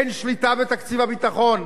אין שליטה בתקציב הביטחון.